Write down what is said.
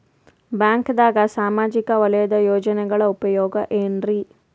ಬ್ಯಾಂಕ್ದಾಗ ಸಾಮಾಜಿಕ ವಲಯದ ಯೋಜನೆಗಳ ಉಪಯೋಗ ಏನ್ರೀ?